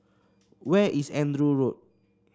where is Andrew Road